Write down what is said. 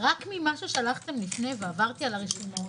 רק ממה ששלחתם לפני, ועברתי על הרשימות,